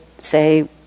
say